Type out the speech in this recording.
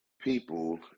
people